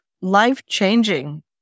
life-changing